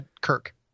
Kirk